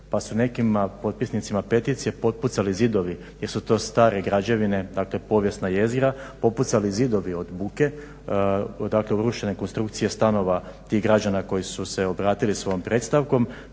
pa su nekima potpisnicima peticije popucali zidovi jer su to stare građevine, dakle povijesna jezgra, popucali zidovi od buke odakle urešene konstrukcije stanova tih građana koji su se obratili svojom predstavkom